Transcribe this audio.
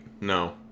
No